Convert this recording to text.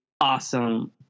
awesome